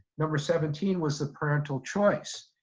number seventeen was the parental choice.